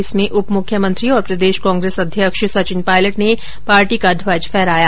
इसमें उप मुख्यमंत्री और प्रदेश कांग्रेस अध्यक्ष सचिन पायलट ने पार्टी का ध्वज फहराया